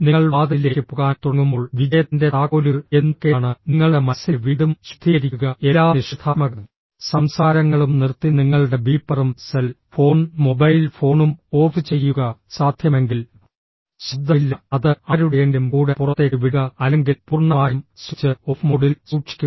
നിങ്ങൾ വാതിലിലേക്ക് പോകാൻ തുടങ്ങുമ്പോൾ വിജയത്തിന്റെ താക്കോലുകൾ എന്തൊക്കെയാണ് നിങ്ങളുടെ മനസ്സിനെ വീണ്ടും ശുദ്ധീകരിക്കുക എല്ലാ നിഷേധാത്മക സംസാരങ്ങളും നിർത്തി നിങ്ങളുടെ ബീപ്പറും സെൽ ഫോൺ മൊബൈൽ ഫോണും ഓഫ് ചെയ്യുക സാധ്യമെങ്കിൽ ശബ്ദമില്ല അത് ആരുടെയെങ്കിലും കൂടെ പുറത്തേക്ക് വിടുക അല്ലെങ്കിൽ പൂർണ്ണമായും സ്വിച്ച് ഓഫ് മോഡിൽ സൂക്ഷിക്കുക